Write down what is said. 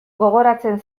gogoratzen